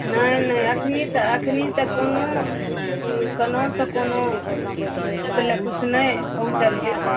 नहि नहि एखनी तऽ एखनी तऽ कोनो कोनो सँ कोनो किछु नहि पहुँचल यऽ